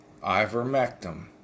ivermectin